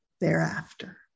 thereafter